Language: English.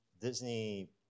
Disney